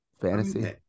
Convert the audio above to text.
fantasy